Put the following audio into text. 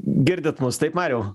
girdit mus taip mariau